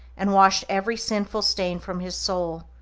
and washed every sinful stain from his soul,